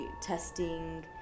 testing